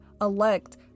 elect